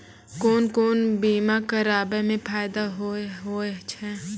कोन कोन बीमा कराबै मे फायदा होय होय छै?